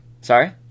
Sorry